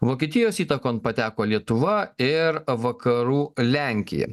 vokietijos įtakon pateko lietuva ir vakarų lenkija